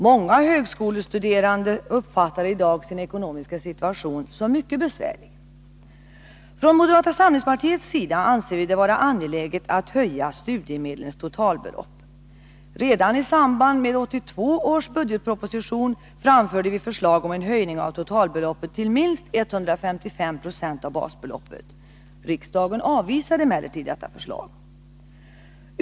Många högskolestuderande uppfattar i dag sin ekonomiska situation som mycket besvärlig. Vi i moderata samlingspartiet anser det vara angeläget att höja studiemedlens totalbelopp. Redan i samband med 1982 års budgetproposition framförde vi förslag om en höjning av totalbeloppet till minst 155 926 av basbeloppet. Riksdagen avvisade emellertid detta förslag.